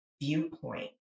viewpoint